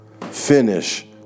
Finish